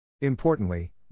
Importantly